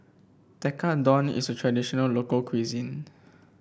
tekkadon is a traditional local cuisine